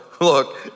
Look